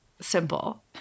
simple